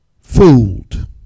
fooled